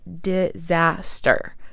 disaster